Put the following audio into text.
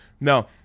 no